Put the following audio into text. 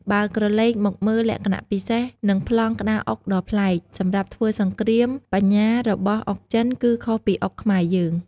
បើក្រឡេកមកមើលលក្ខណៈពិសេស និងប្លង់ក្តារអុកដ៏ប្លែក សម្រាប់ធ្វើសង្គ្រាមបញ្ញារបស់អុកចិនគឺខុសពីអុកខ្មែរយើង។